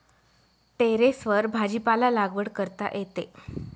टेरेसवर भाजीपाला लागवड करता येते